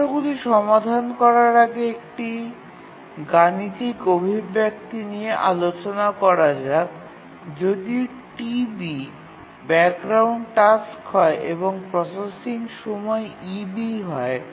সমস্যাগুলি সমাধান করার আগে একটি গাণিতিক অভিব্যক্তি নিয়ে আলোচনা করা যাক যদি TB ব্যাকগ্রাউন্ড টাস্ক হয় এবং প্রসেসিংয়ের সময় eB হয়